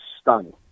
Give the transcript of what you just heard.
stunned